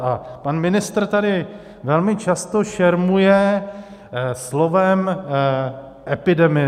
A pan ministr tady velmi často šermuje slovem epidemiolog.